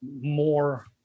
more